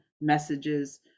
messages